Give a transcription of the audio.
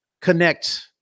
connect